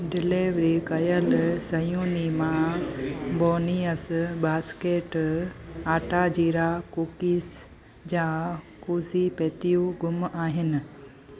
delivery कयल सयुनि मां ब्रोनिअस बास्केट आटा जीरा कुकीज़ जा कुझु पेतियूं ग़ुम आहिनि